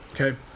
Okay